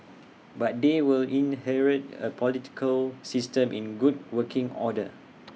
but they will inherit A political system in good working order